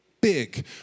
Big